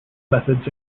methods